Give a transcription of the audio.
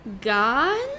Gone